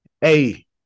Hey